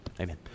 Amen